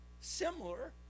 similar